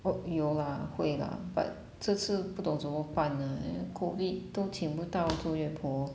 我有 lah 会 lah but 这次不懂怎么办 ah COVID 都请不到坐月婆